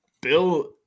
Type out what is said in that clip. Bill